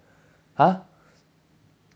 !huh!